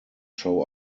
show